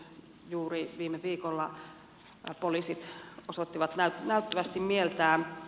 juuri viime viikolla poliisit osoittivat näyttävästi mieltään